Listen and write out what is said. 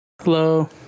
Hello